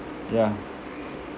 ya